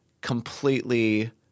completely